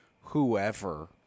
whoever